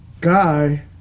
guy